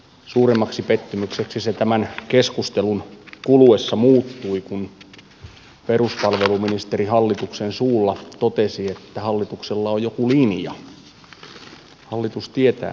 suuremmaksi pettymykseksi se tämän keskustelun kuluessa muuttui kun peruspalveluministeri hallituksen suulla totesi että hallituksella on joku linja hallitus tietää mitä se haluaa